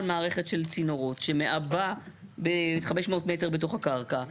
מערכת של צינורות שמעבה ב-500 מטר בתוך הקרקע,